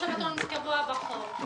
יום שבתון קבוע בחוק,